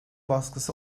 baskısı